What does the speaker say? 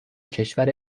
کشور